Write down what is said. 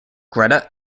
greta